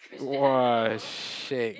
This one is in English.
!wah! shag